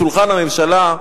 לשולחן הממשלה,